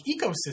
ecosystem